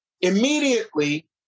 immediately